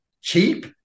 cheap